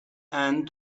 and